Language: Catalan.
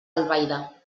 albaida